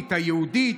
היהודית,